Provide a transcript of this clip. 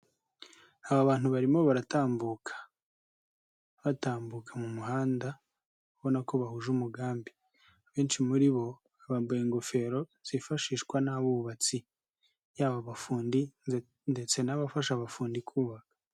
Aba bantu barimo baratambuka, batambuka mu muhanda uri kubona ko bahuje umugambi, benshi muri bo bambaye ingofero zifashishwa n'abubatsi, yaba abafundi ndetse n'abafasha abafundi kubaka.